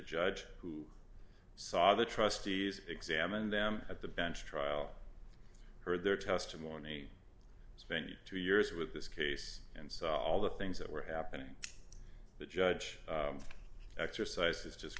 judge who saw the trustees examined them at the bench trial heard their testimony spend two years with this case and saw all the things that were happening the judge exercised his just